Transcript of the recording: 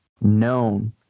known